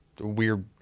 weird